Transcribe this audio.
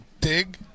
dig